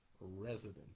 resident